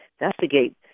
investigate